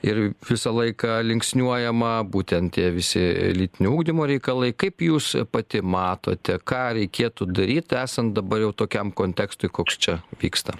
ir visą laiką linksniuojama būtent tie visi lytinio ugdymo reikalai kaip jūs pati matote ką reikėtų daryt esant dabar jau tokiam kontekstui koks čia vyksta